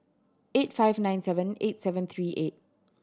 eight five nine seven eight seven three eight